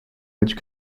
which